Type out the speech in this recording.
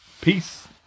Peace